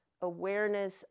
awareness